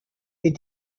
est